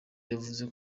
yavuze